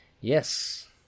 Yes